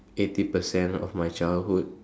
eighty percent of my childhood